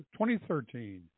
2013